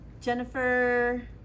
Jennifer